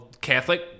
Catholic